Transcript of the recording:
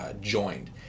joined